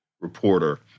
reporter